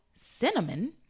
Cinnamon